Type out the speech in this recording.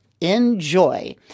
Enjoy